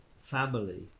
family